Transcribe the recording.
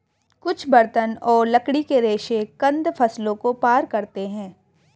कुछ बर्तन और लकड़ी के रेशे कंद फसलों को पार करते है